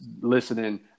listening